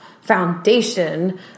foundation